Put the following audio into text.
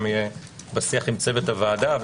גם בשיח עם צוות הוועדה.